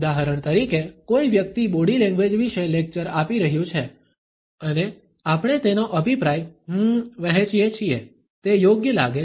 ઉદાહરણ તરીકે કોઈ વ્યક્તિ બોડી લેંગ્વેજ વિશે લેક્ચર આપી રહ્યું છે અને આપણે તેનો અભિપ્રાય હમમ વહેંચીએ છીએ તે યોગ્ય લાગે છે